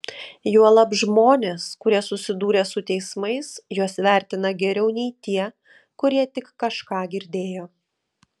juolab žmonės kurie susidūrė su teismais juos vertina geriau nei tie kurie tik kažką girdėjo